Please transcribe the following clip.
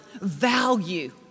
value